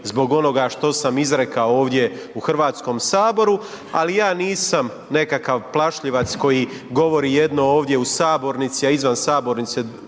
zbog onoga što sam izrekao ovdje u Hrvatskom saboru ali ja nisam nekakav plašljivac koji govori jedno ovdje u sabornici a izvan sabornice